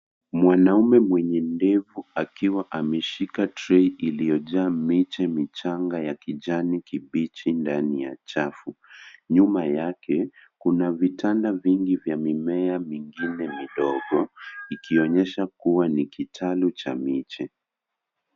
Mwanaume mwenye ndevu akiwa ameshika trei iliyojaa miche michanga ya kijani kibichi ndani ya chafu. Nyuma yake, kuna vitanda vingi vya mimea mingine midogo , ikionyesha kuwa ni kitalu cha miche.